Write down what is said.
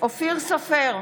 אופיר סופר,